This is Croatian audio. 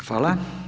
Hvala.